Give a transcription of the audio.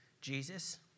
Jesus